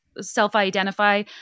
self-identify